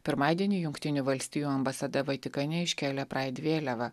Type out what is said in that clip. pirmadienį jungtinių valstijų ambasada vatikane iškėlė pride vėliavą